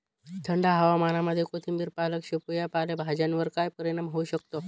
थंड हवामानामध्ये कोथिंबिर, पालक, शेपू या पालेभाज्यांवर काय परिणाम होऊ शकतो?